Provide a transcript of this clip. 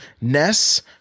Ness